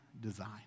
design